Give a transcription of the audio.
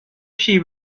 she